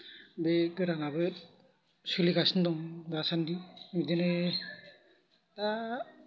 बे गोदानाबो सोलिगासिनो दं दासान्दि बिदिनो दा